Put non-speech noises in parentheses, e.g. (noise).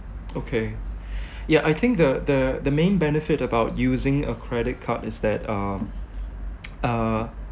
okay ya I think the the the main benefit about using a credit card is that um (noise) uh